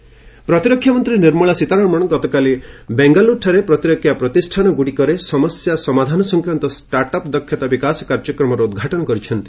Sitharaman startups ପ୍ରତିରକ୍ଷା ମନ୍ତ୍ରୀ ନିର୍ମଳା ସୀତାରମଣ ଗତକାଲି ବେଙ୍ଗାଲ୍ରରୁଠାରେ ପ୍ରତିରକ୍ଷା ପ୍ରତିଷ୍ଠାନଗୁଡ଼ିକରେ ସମସ୍ୟା ସମାଧାନ ସଂକ୍ରାନ୍ତ ଷ୍ଟାଟ୍ରଅପ୍ ଦକ୍ଷତା ବିକାଶ କାର୍ଯ୍ୟକ୍ରମର ଉଦ୍ଘାଟନ କରିଛନ୍ତି